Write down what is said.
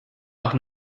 auch